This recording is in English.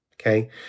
Okay